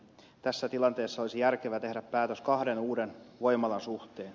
tässä tilanteessa olisi järkevää tehdä päätös kahden uuden voimalan suhteen